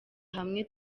hamwe